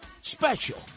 Special